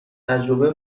تجربه